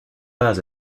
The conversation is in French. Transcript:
pas